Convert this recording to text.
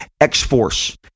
X-Force